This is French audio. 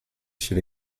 chez